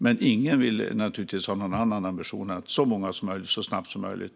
Men givetvis har ingen en annan ambition än så många som möjligt så snabbt som möjligt.